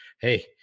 hey